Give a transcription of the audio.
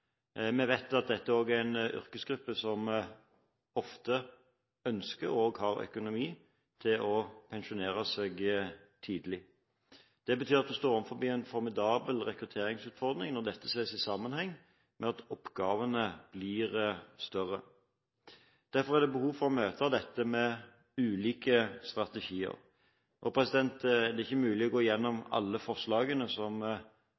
Vi vet at dette er en yrkesgruppe som ofte ønsker, og som har økonomi til, å pensjonere seg tidlig. Det betyr at vi står overfor en formidabel rekrutteringsutfordring når dette ses i sammenheng med at oppgavene blir større. Derfor er det behov for å møte dette med ulike strategier. Det er ikke mulig å gå igjennom alle forslagene som